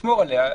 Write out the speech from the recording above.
לשמור עליה,